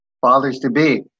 fathers-to-be